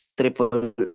triple